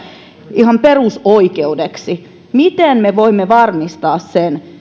ihan perusoikeudeksi miten me voimme varmistaa sen